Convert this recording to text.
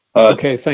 okay,